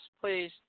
Please